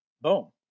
boom